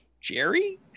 Jerry